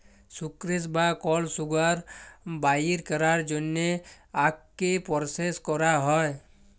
sucrose বা কল sugar বাইর ক্যরার জ্যনহে আখকে পরসেস ক্যরা হ্যয়